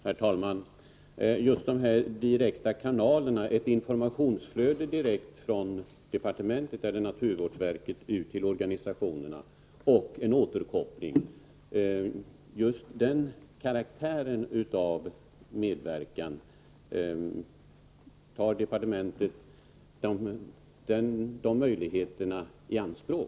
Herr talman! Tar departementet möjligheterna till direkta kanaler, alltså ett informationsflöde direkt från departementet eller naturvårdsverket och ut till organisationer med en återkoppling, i anspråk?